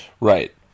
Right